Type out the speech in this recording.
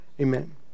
Amen